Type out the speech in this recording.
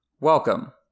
Welcome